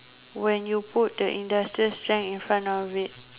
when you put the industrial strength in front of it